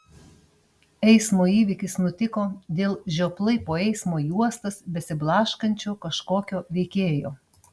eismo įvykis nutiko dėl žioplai po eismo juostas besiblaškančio kažkokio veikėjo